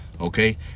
Okay